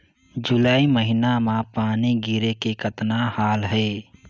जुलाई महीना म पानी गिरे के कतना हाल हे?